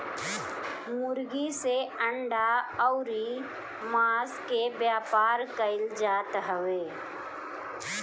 मुर्गी से अंडा अउरी मांस के व्यापार कईल जात हवे